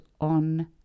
on